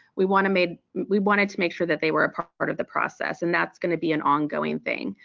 we want to made we wanted to make sure that they were a part part of the process and that's gonna be an ongoing thing.